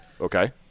Okay